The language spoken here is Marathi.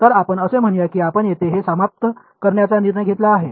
तर आपण असे म्हणूया की आपण येथे हे समाप्त करण्याचा निर्णय घेतला आहे